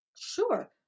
sure